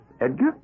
Edgar